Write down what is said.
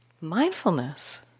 mindfulness